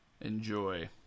Enjoy